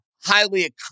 highly